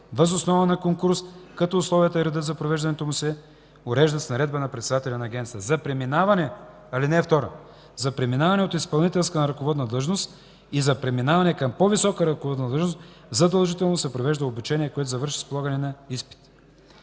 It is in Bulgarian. въз основа на конкурс, като условията и редът за провеждането му се уреждат с наредба на председателя на агенцията. (2) За преминаване от изпълнителска на ръководна длъжност и за преминаване към по-висока ръководна длъжност задължително се провежда обучение, което завършва с полагане на изпит.”